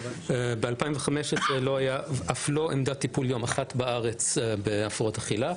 ב-2015 לא הייתה עמדת טיפול יום אחת בארץ בהפרעות אכילה.